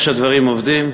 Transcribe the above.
איך שהדברים עובדים,